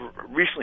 recently